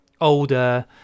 older